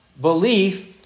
belief